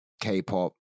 K-pop